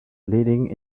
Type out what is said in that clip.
leading